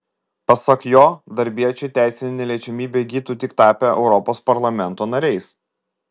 pasak jo darbiečiai teisinę neliečiamybę įgytų tik tapę europos parlamento nariais